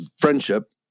friendship